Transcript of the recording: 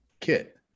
kit